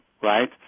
right